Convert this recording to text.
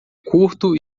curto